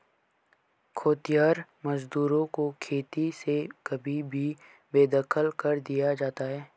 खेतिहर मजदूरों को खेती से कभी भी बेदखल कर दिया जाता है